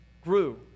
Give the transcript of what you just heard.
grew